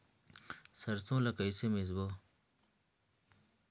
सरसो ला कइसे मिसबो?